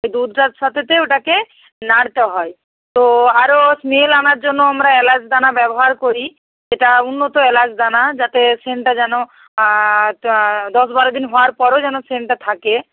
ওই দুধটার সাথে ওটাকে নাড়তে হয় তো আরও স্মেল আনার জন্য আমরা এলাজ দানা ব্যবহার করি সেটা উন্নত এলাজ দানা যাতে সেন্টটা যেন দশ বারো দিন হওয়ার পরেও যেন সেন্টটা থাকে